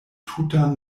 tutan